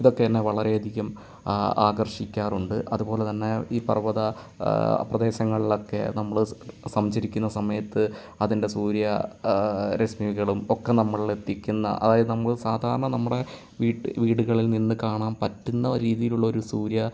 ഇതൊക്കെ എന്നെ വളരെയധികം അ ആകർഷിക്കാറുണ്ട് അതുപോലെതന്നെ ഈ പർവ്വത പ്രദേശങ്ങളിലൊക്കെ നമ്മൾ സഞ്ചരിക്കുന്ന സമയത്ത് അതിൻ്റെ സൂര്യ രശ്മികളും ഒക്കെ നമ്മളിൽ എത്തിക്കുന്ന അതായത് നമ്മൾ സാധാരണ നമ്മുടെ വീട് വീടുകളിൽ നിന്ന് കാണാൻ പറ്റുന്ന രീതിയിലുള്ള ഒരു സൂര്യ